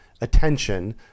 attention